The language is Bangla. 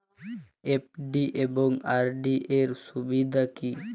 এফ.ডি এবং আর.ডি এর সুবিধা কী?